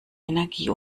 energie